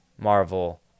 Marvel